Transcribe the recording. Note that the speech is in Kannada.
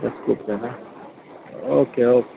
ಕತ್ರಿಗುಪ್ಪೆನಾ ಓಕೆ ಓಕೆ